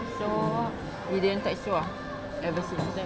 so he didn't text you ah ever since